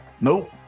Nope